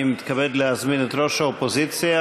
אני מתכבד להזמין את ראש האופוזיציה,